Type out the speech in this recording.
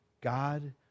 God